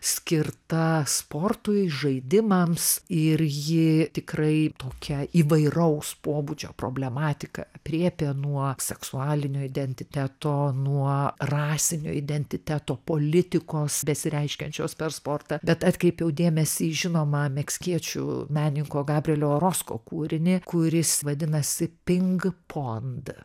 skirta sportui žaidimams ir ji tikrai tokia įvairaus pobūdžio problematika aprėpė nuo seksualinio identiteto nuo rasinio identiteto politikos besireiškiančios per sportą bet atkreipiau dėmesį į žinomą meksikiečių menininko gabrėlio orosko kūrinį kuris vadinasi ping pond